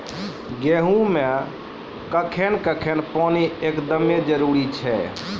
गेहूँ मे कखेन कखेन पानी एकदमें जरुरी छैय?